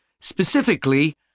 Specifically